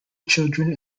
children